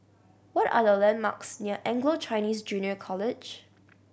what are the landmarks near Anglo Chinese Junior College